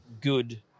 good